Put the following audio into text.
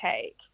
take